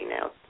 now